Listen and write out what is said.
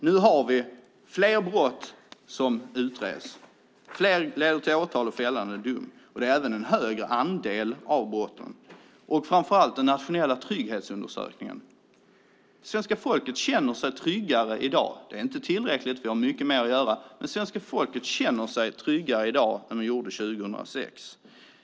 Nu är det fler brott och även en högre andel av brotten som utreds och leder till åtal och fällande dom. Framför allt vill jag nämna den nationella trygghetsundersökningen. Svenska folket känner sig tryggare i dag. Det är inte tillräckligt; vi har mycket mer att göra. Men svenska folket känner sig tryggare i dag än vi gjorde 2006.